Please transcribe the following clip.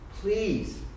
please